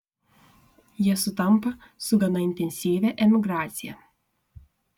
jie sutampa su gana intensyvia emigracija